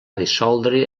dissoldre